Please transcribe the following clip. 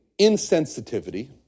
insensitivity